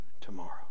tomorrow